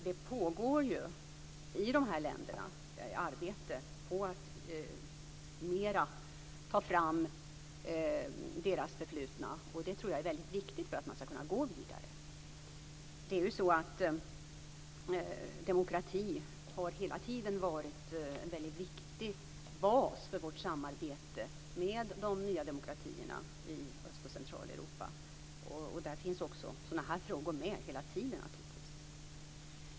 Det pågår ju i de här länderna ett arbete på att mera ta fram deras förflutna. Jag tror att det är väldigt viktigt för att man ska kunna gå vidare. Demokrati har hela tiden varit en väldigt viktig bas för vårt samarbete med de nya demokratierna i Öst och Centraleuropa, och där finns naturligtvis sådana här frågor med hela tiden.